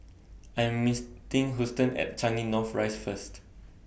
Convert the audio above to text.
I Am Houston At Changi North Rise First